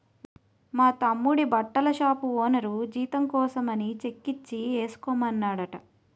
మా తమ్ముడి బట్టల షాపు ఓనరు జీతం కోసమని చెక్కిచ్చి ఏసుకోమన్నాడట